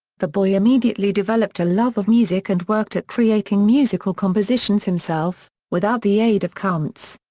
the boy immediately developed a love of music and worked at creating musical compositions himself, without the aid of kuntzsch.